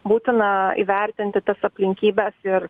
būtina įvertinti tas aplinkybes ir